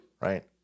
right